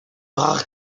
rares